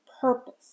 purpose